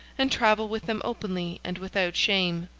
and travel with them openly and without shame.